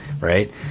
right